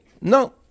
No